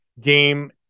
game